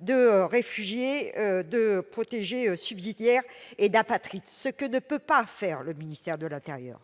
de réfugié, de protégé subsidiaire et d'apatride, ce que n'assure pas le ministère de l'intérieur.